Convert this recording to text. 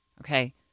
okay